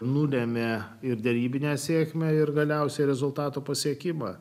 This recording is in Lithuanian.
nulemia ir derybinę sėkmę ir galiausiai rezultato pasiekimą